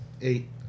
Eight